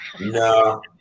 No